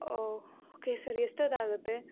O okay sir ಎಷ್ಟೊತ್ತಾಗುತ್ತೆ